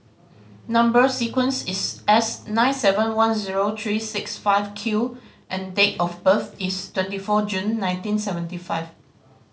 number sequence is S nine seven one zero three six five Q and date of birth is twenty four June nineteen seventy five